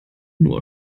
nur